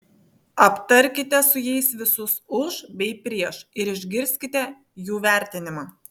aptarkite su jais visus už bei prieš ir išgirskite jų vertinimą